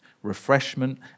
refreshment